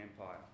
Empire